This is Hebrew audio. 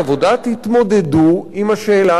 תתמודדו עם השאלה האמיתית,